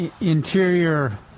interior